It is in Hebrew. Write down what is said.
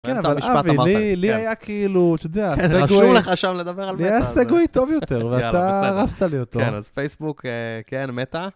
כן, אבל אבי, לי היה כאילו, אתה יודע, סגווי טוב יותר, ואתה הרסת לי אותו. כן, אז פייסבוק, כן, מטא.